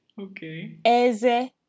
Okay